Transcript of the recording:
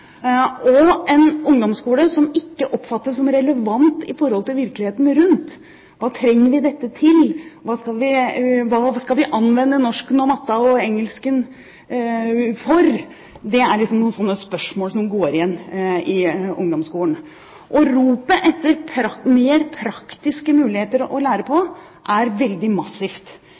en ungdomsskole som ikke oppfattes som relevant i forhold til virkeligheten rundt dem. Hva trenger vi dette til, hva skal vi anvende norsken og matten og engelsken til? Det er noen spørsmål som går igjen i ungdomsskolen. Og ropet etter mer praktiske muligheter til å lære på er veldig massivt.